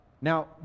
Now